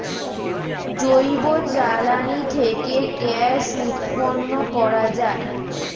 জৈব জ্বালানি থেকে গ্যাস উৎপন্ন করা যায়